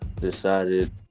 decided